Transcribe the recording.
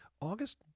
August